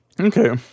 Okay